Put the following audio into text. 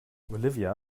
olivia